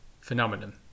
phenomenon